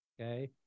okay